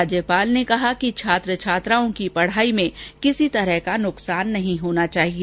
राज्यपाल ने कहा कि छात्र छात्राओं की पढाई में किसी तरह का नुकसान नहीं होना चाहिए